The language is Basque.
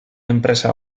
enpresa